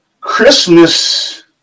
Christmas